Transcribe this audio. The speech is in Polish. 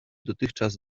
dotychczas